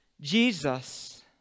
Jesus